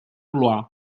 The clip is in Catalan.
blois